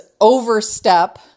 overstep